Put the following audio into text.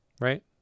Right